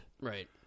Right